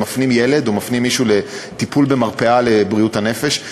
אם מפנים ילד או מפנים מישהו לטיפול במרפאה לבריאות הנפש,